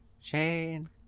Shane